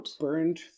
burned